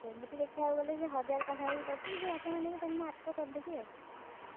ସେମିତି ଦେଖିବାକୁ ଗଲେ ଯେ ହଜାର ପାଖାପାଖି ପଡ଼ିଛି ଯଦି ଆପଣ ନେବେ ତା'ହେଲେ ମୁଁ ଆଠଶହ କରିଦେବି ଆଉ